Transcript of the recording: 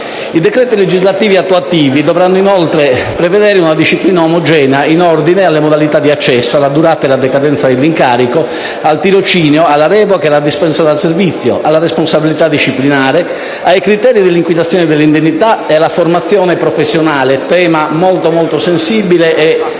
I decreti legislativi attuativi dovranno inoltre prevedere una disciplina omogenea in ordine alle modalità di accesso, durata e decadenza dell'incarico, al tirocinio, alla revoca e alla dispensa dal servizio, alla responsabilità disciplinare, ai criteri di liquidazione dell'indennità e alla formazione professionale. Tema questo molto sensibile e